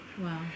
Wow